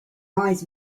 eyes